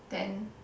then